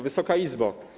Wysoka Izbo!